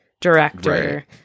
director